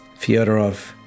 Fyodorov